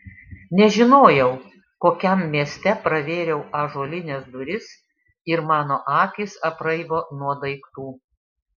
nežinojau kokiam mieste pravėriau ąžuolines duris ir mano akys apraibo nuo daiktų